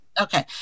Okay